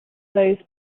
those